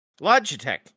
logitech